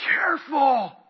careful